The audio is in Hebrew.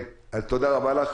תודה רבה לך.